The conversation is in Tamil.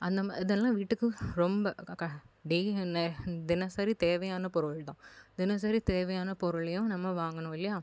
அந்த மாதிரி அதெல்லாம் வீட்டுக்கும் ரொம்ப க க டெய்லி தி தினசரி தேவையான பொருள்தான் தினசரி தேவையான பொருளையும் நம்ம வாங்கணும் இல்லையா